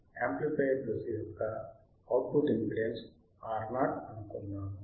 కాబట్టి యాంప్లిఫయర్ దశ యొక్క అవుట్పుట్ ఇంపెడెన్స్ Ro అనుకుందాము